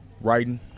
Writing